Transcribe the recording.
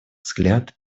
взгляд